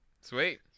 sweet